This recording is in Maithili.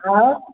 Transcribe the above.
आओर